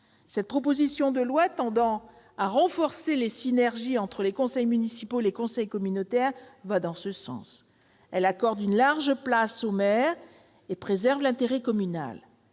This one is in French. La proposition de loi tendant à renforcer les synergies entre les conseils municipaux et les conseils communautaires va dans ce sens. Elle accorde une large place au maire et préserve l'intérêt communal.